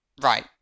Right